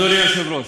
אדוני היושב-ראש,